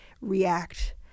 react